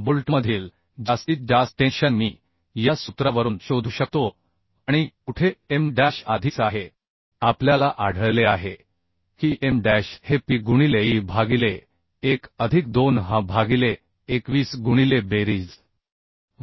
बोल्टमधील जास्तीत जास्त टेन्शन मी या सूत्रावरून शोधू शकतो आणि कुठे M डॅश आधीच आहे आपल्याला आढळले आहे की M डॅश हे p गुणिले e भागिले 1 अधिक 2h भागिले 21 गुणिले बेरीज